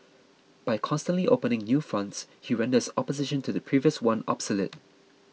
by constantly opening new fronts he renders opposition to the previous one obsolete